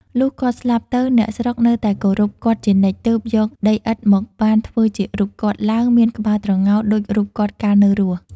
លុះគាត់ស្លាប់ទៅ អ្នកស្រុកនៅតែគោរពគាត់ជានិច្ច ទើបយកដីឥដ្ឋមកប៉ាន់ធ្វើជារូបគាត់ឡើង មានក្បាលត្រងោលដូចរូបគាត់កាលនៅរស់។